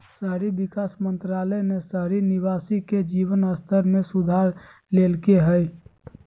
शहरी विकास मंत्रालय ने शहरी निवासी के जीवन स्तर में सुधार लैल्कय हइ